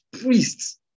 priests